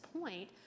point